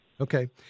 Okay